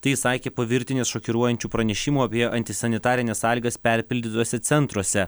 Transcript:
tai jis sakė po virtinės šokiruojančių pranešimų apie antisanitarines sąlygas perpildytuose centruose